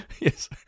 Yes